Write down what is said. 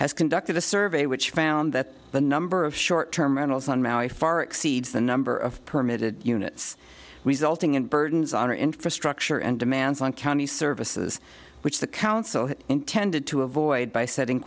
has conducted a survey which found that the number of short term rentals on maui far exceeds the number of permitted units resulting in burdens on our infrastructure and demands on county services which the council had intended to avoid by setting